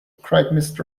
cried